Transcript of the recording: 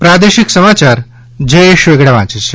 પ્રાદેશિક સમાચાર જયેશ વેગડા વાંચે છે